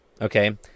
okay